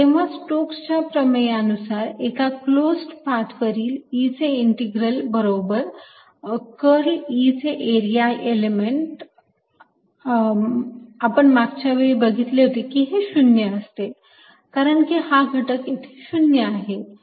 तेव्हा स्टोकसच्या प्रमेयानुसार एका क्लोज्ड पाथवरील E चे इंटीग्रल बरोबर कर्ल E चे एरिया एलिमेंट आपण मागच्या वेळी बघितले होते की हे 0 असते कारण हा घटक येथे 0 आहे